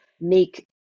make